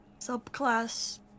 subclass